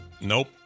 Nope